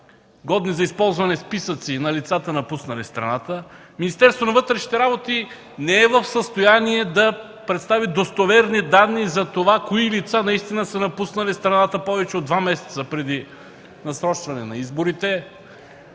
за използване списъци на лицата, напуснали страната. Министерството на вътрешните работи не е в състояние да представи достоверни данни кои лица са напуснали страната повече от два месеца преди насрочване на изборите.